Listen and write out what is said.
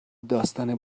داستان